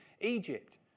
Egypt